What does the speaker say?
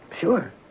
Sure